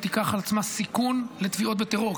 היא תיקח על עצמה סיכון לתביעות בטרור,